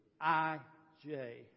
I-J